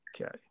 Okay